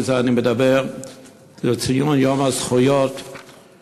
וזה אני אומר בציון יום הזכויות למוגבלים.